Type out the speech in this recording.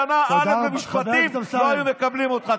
למבוא לשנה א' במשפטים לא היו מקבלים אותך.